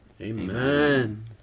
Amen